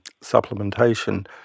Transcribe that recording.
supplementation